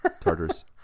Tartars